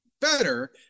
better